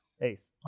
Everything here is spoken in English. ACE